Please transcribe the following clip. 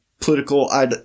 political